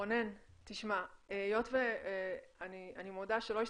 רונן, תשמע, היות שאני מודה שלא השתכנענו,